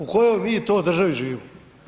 U kojoj mi to državi živimo?